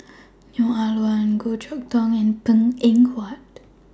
Neo Ah Luan Goh Chok Tong and Png Eng Huat